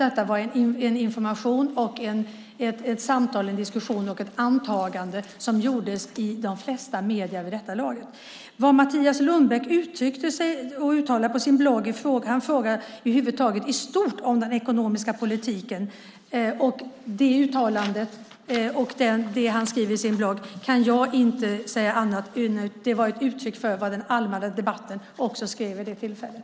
Det var en information, ett samtal, en diskussion och ett antagande som fanns i de flesta medier vid det laget. Vad Mattias Lundbäck säger i uttalandet i stort om den ekonomiska politiken och det han skriver i sin blogg kan jag inte se som annat än ett uttryck för vad som sades i den allmänna debatten vid det tillfället.